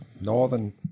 northern